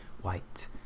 white